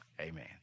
amen